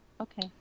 okay